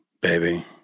baby